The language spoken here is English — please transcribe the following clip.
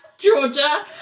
Georgia